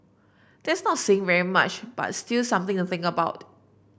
that's not saying very much but still something to think about